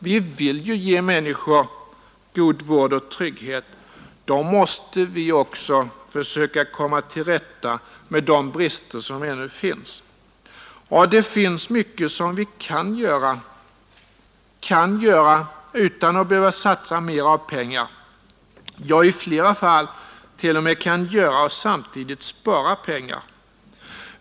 Vi vill ju ge människor god vård och trygghet — då måste vi också försöka komma till rätta med de brister som ännu finns. Och det är mycket som vi kan göra, kan göra utan att behöva satsa mera av pengar — ja, i flera fall t.o.m. kan göra och samtidigt spara pengar.